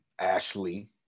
ashley